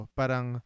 parang